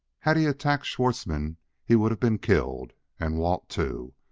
had he attacked schwartzmann he would have been killed and walt, too!